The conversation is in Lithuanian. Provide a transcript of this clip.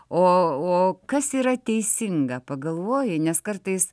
o o kas yra teisinga pagalvoji nes kartais